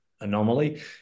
anomaly